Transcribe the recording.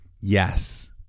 Yes